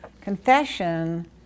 Confession